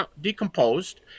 decomposed